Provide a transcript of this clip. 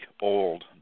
old